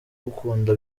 ugukunda